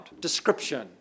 description